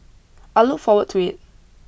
I look forward to it